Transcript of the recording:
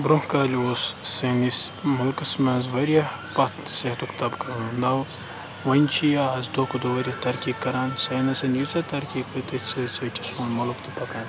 برٛونٛہہ کالہِ اوس سٲنِس مُلکَس منٛز واریاہ پَتھ صحتُک طبقہٕ نَو وُنہِ چھِ یہِ اَز دۄہ کھۄتہٕ دۄہ واریاہ ترقی کَران ساینَسَن ییٖژاہ ترقی کٔرِتھ سۭتۍ سۭتۍ چھُ سون مُلُک تہِ پَکان